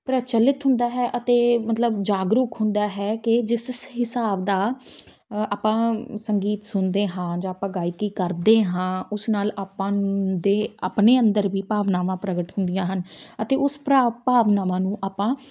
ਪ੍ਰਚਲਿਤ ਹੁੰਦਾ ਹੈ ਅਤੇ ਮਤਲਬ ਜਾਗਰੂਕ ਹੁੰਦਾ ਹੈ ਕਿ ਜਿਸ ਹਿਸਾਬ ਦਾ ਆਪਾਂ ਸੰਗੀਤ ਸੁਣਦੇ ਹਾਂ ਜਾਂ ਆਪਾਂ ਗਾਇਕੀ ਕਰਦੇ ਹਾਂ ਉਸ ਨਾਲ ਆਪਾਂ ਦੇ ਆਪਣੇ ਅੰਦਰ ਵੀ ਭਾਵਨਾਵਾਂ ਪ੍ਰਗਟ ਹੁੰਦੀਆਂ ਹਨ ਅਤੇ ਉਸ ਭਰਾ ਭਾਵਨਾਵਾਂ ਨੂੰ ਆਪਾਂ